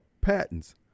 patents